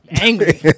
Angry